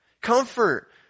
Comfort